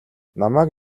намайг